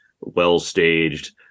well-staged